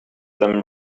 them